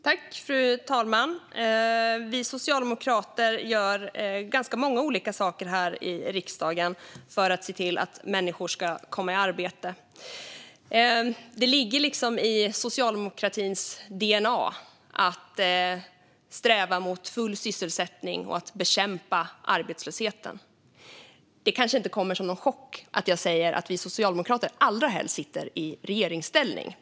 Fru talman! Vi socialdemokrater gör ganska många olika saker här i riksdagen för att se till att människor ska komma i arbete. Det ligger i socialdemokratins dna att sträva mot full sysselsättning och att bekämpa arbetslösheten. Det kanske inte kommer som någon chock att jag säger att vi socialdemokrater allra helst sitter i regeringsställning.